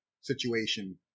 situation